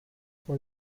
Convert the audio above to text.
for